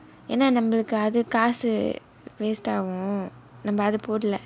ஏனா நம்மளுக்கு அது காசு:yaenaa nammalukku athu kaasu waste ஆகுமோ நம்ம அது போடலே:aagumo namma athu podalae